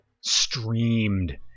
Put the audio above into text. streamed